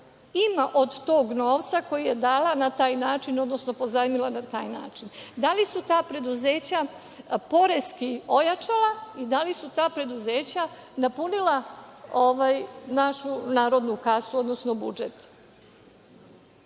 ima od tog novca koji je dala na taj način, odnosno pozajmila na taj način. Da li su ta preduzeća poreski ojačala i da li su ta preduzeća napunila našu narodnu kasu, odnosno budžet? Znači,